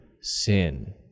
sin